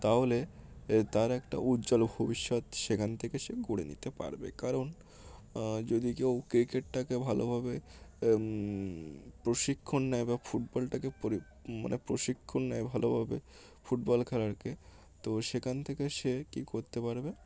তাহলে তার একটা উজ্জ্বল ভবিষ্যৎ সেখান থেকে সে গড়ে নিতে পারবে কারণ যদি কেউ ক্রিকেটটাকে ভালোভাবে প্রশিক্ষণ নেয় বা ফুটবলটাকে পরি মানে প্রশিক্ষণ নেয় ভালোভাবে ফুটবল খেলাকে তো সেখান থেকে সে কী করতে পারবে